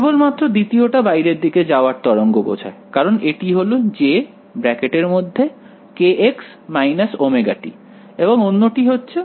কেবলমাত্র দ্বিতীয়টা বাইরের দিকে যাওয়ার তরঙ্গ বোঝায়কারণ এটি হলো jkx ωt এবং অন্যটি হচ্ছে